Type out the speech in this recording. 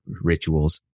rituals